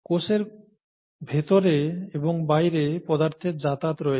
কোষের ভেতরে এবং বাইরে পদার্থের যাতায়াত রয়েছে